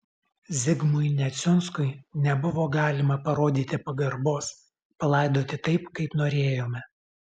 zigmui neciunskui nebuvo galima parodyti pagarbos palaidoti taip kaip norėjome